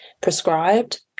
prescribed